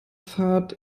fahrt